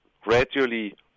gradually